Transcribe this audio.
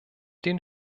den